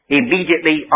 immediately